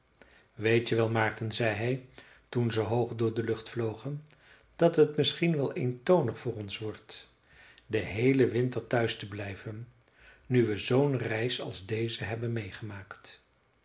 weet je wel maarten zei hij toen ze hoog door de lucht vlogen dat het misschien wel eentonig voor ons wordt den heelen winter thuis te blijven nu we zoo'n reis als deze hebben meegemaakt